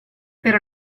pero